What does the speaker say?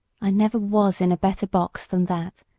i never was in a better box than that,